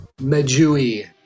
Majui